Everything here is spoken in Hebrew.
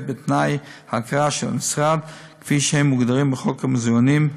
בתנאי ההכרה של המשרד כפי שהם מוגדרים בחוק המוזיאונים,